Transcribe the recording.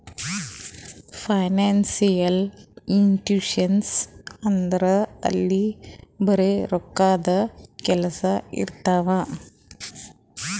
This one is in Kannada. ಫೈನಾನ್ಸಿಯಲ್ ಇನ್ಸ್ಟಿಟ್ಯೂಷನ್ ಅಂದುರ್ ಅಲ್ಲಿ ಬರೆ ರೋಕ್ಕಾದೆ ಕೆಲ್ಸಾ ಇರ್ತಾವ